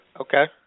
Okay